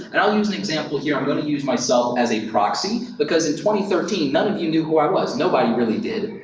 and i'll use an example here. i'm gonna use myself as a proxy because in two thirteen, none of you knew who i was. nobody really did,